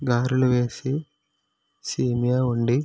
గారెలు వేసి సేమియా వండి